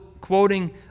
quoting